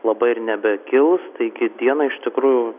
labai ir nebekils taigi dieną iš tikrųjų